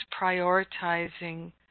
prioritizing